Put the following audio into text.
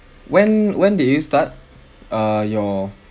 when when did you start uh your